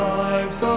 lives